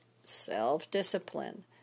Self-discipline